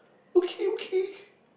okay okay